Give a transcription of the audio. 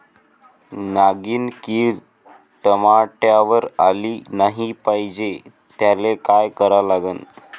नागिन किड टमाट्यावर आली नाही पाहिजे त्याले काय करा लागन?